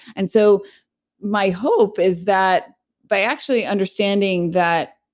and so my hope is that by actually understanding that,